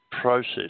process